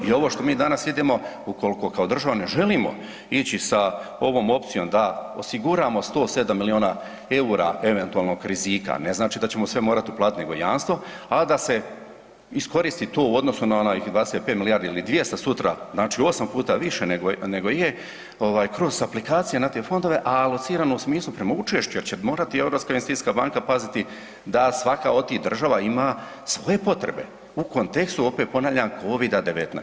I ovo što mi danas idemo ukoliko kao država ne želimo ići sa ovom opcijom da osiguramo 107 milijuna eura eventualnog rizika, ne znači da ćemo sve morati uplatiti nego jamstvo, a da se iskoristi to u odnosu na onaj 25 milijardi ili 200 sutra, znači osam puta više nego je, kroz aplikacije na te fondove, a locirano u smislu prema učešću jer će morati Europska investicijska banka paziti da svaka od tih država ima svoje potrebe u kontekstu opet ponavljam COVID-19.